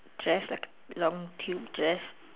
dress like a long tube dress